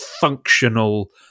functional